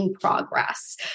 progress